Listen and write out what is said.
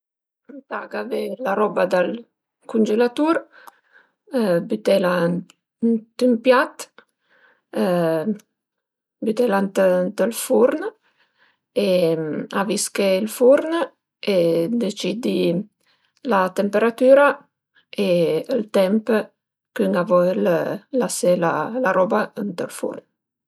Êntà gavé la roba dal cungelatur, bütela ënt ün piat bütela ënt ël furn, avisché ël furn e deciddi la temperatüra e ël temp ch'ün a völ lasé la roba ënt ël furn